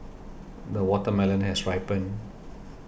the watermelon has ripen